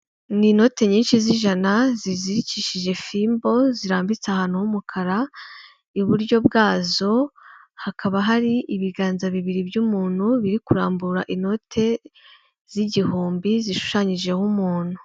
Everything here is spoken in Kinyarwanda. Ni inoti nyinshi z'ijana, zizikishije fimbo, zirambitse ahantu h'umukara, iburyo bwazo hakaba hari ibiganza bibiri by'umuntu, biri kurambura inote z'igihumbi, zishushanyijeho umuntu.